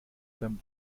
beim